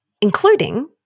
including